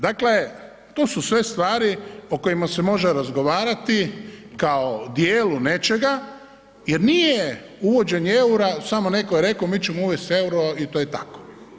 Dakle, to su sve stvari o kojima se može razgovarati kao o dijelu nečega jer nije uvođenje EUR-a, samo netko je rekao mi ćemo uvesti i to je tako.